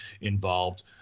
involved